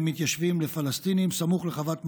מתיישבים לפלסטינים סמוך לחוות מעון,